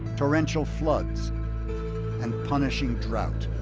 torrential floods and punishing drought.